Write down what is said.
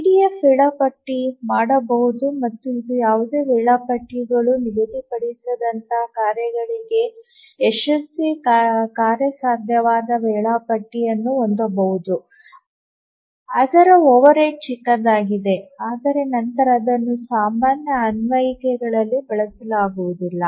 EDF ವೇಳಾಪಟ್ಟಿ ಮಾಡಬಹುದು ಮತ್ತು ಇದು ಯಾವುದೇ ವೇಳಾಪಟ್ಟಿಗಳು ನಿಗದಿಪಡಿಸದಂತಹ ಕಾರ್ಯಗಳಿಗೆ ಯಶಸ್ವಿ ಕಾರ್ಯಸಾಧ್ಯವಾದ ವೇಳಾಪಟ್ಟಿಯನ್ನು ಹೊಂದಬಹುದು ಅದರ ಓವರ್ಹೆಡ್ ಚಿಕ್ಕದಾಗಿದೆ ಆದರೆ ನಂತರ ಅದನ್ನು ಸಾಮಾನ್ಯ ಅನ್ವಯಿಕೆಗಳಲ್ಲಿ ಬಳಸಲಾಗುವುದಿಲ್ಲ